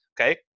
okay